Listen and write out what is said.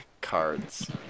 Cards